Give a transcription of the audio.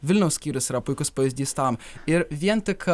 vilniaus skyrius yra puikus pavyzdys tam ir vien tik